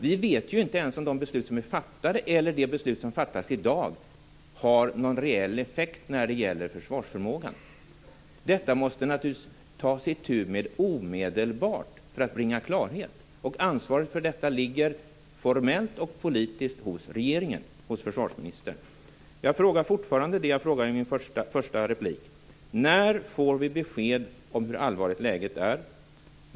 Vi vet inte ens om de beslut som är fattade eller om det beslut som fattas i dag har någon reell effekt när det gäller försvarsförmågan. Detta måste man ta itu med omedelbart för att bringa klarhet. Ansvaret för detta ligger formellt och politiskt hos regeringen och hos försvarsministern. Jag har fortfarande samma frågor som jag ställde i min första replik: När får vi besked om hur allvarligt läget är?